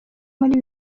muri